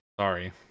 Sorry